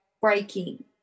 breaking